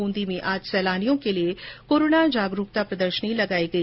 बूंदी में आज सैलानियों के लिए कोरोना जागरूकता प्रदर्शनी लगाई गई